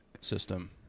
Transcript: system